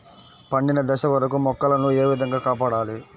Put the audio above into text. పండిన దశ వరకు మొక్కల ను ఏ విధంగా కాపాడాలి?